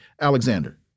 Alexander